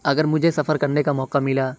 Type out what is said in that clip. اگر مجھے سفر کرنے کا موقع ملا